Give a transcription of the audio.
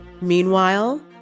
Meanwhile